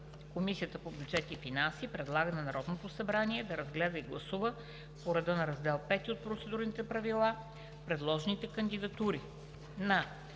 Комисията по бюджет и финанси предлага на Народното събрание да разгледа и гласува по реда на Раздел V от процедурните правила предложените кандидатури на